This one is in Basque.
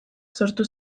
sortu